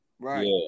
Right